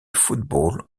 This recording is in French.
football